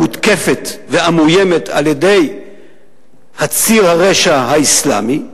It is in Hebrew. המותקפת והמאוימת על-ידי ציר הרשע האסלאמי,